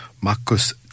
Marcus